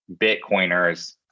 Bitcoiners